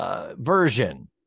version